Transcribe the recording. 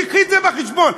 תביאי את זה בחשבון,